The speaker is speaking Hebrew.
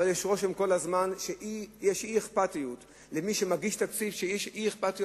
אבל יש רושם כל הזמן שיש למי שמגיש תקציב אי-אכפתיות